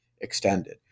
extended